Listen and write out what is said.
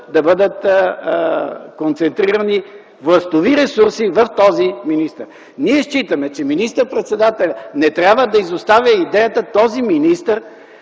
да бъдат концентрирани властови ресурси в този министър. Считаме, че министър-председателят не трябва да изоставя идеята да